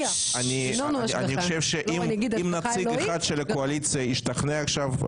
אני חושב שאם נציג אחד של הקואליציה ישתכנע עכשיו,